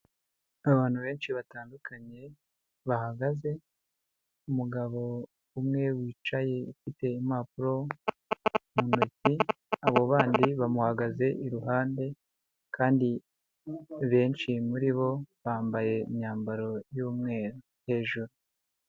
Abantu benshi batandukanye bahagaze, umugabo umwe wicaye ufite impapuro mu ntoki, abo bandi bamuhagaze iruhande kandi benshi muri bo bambaye imyambaro y'umweru hejuru.